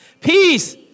Peace